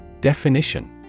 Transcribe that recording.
Definition